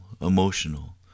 emotional